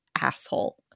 asshole